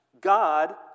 God